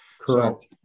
Correct